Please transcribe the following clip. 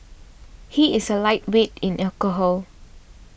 he is a lightweight in alcohol